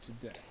today